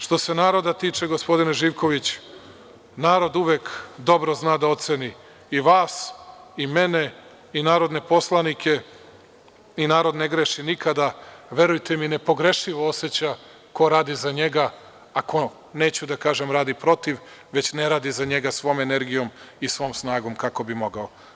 Što se naroda tiče, gospodine Živkoviću, narod uvek zna dobro da oceni i vas i mene i narodne poslanike, i narod ne greši nikada, verujte mi nepogrešivo oseća ko radi za njega, a ko radi protiv, već ne radi za njega svom energijom i svom snagom kako bi mogao.